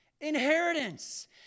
inheritance